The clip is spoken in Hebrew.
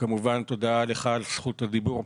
וכמובן תודה לך על זכות הדיבור.